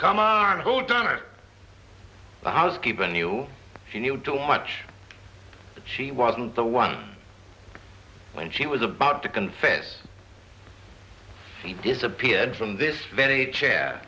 come a whole time the housekeeper knew he knew too much she wasn't the one when she was about to confess she disappeared from this very chair